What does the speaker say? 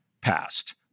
passed